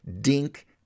Dink